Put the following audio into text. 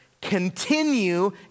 continue